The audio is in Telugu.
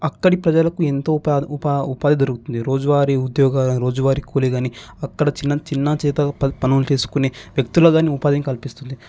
అక్కడి ప్రజలకు ఎంతో ఉపా ఉపా ఉపాధి దొరుకుతుంది రోజువారి ఉద్యోగాలు రోజువారి కూలీలని అక్కడ చిన్న చిన్న చేత పనులు చేసుకుని వ్యక్తులని ఉపాధి కల్పిస్తుంది